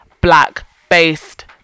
black-based